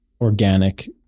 organic